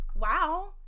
wow